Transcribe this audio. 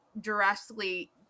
drastically